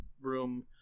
room